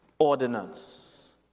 Ordinance